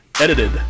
Edited